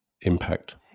impact